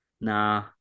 Nah